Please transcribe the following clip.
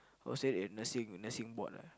hwo to say it nursing nursing bond ah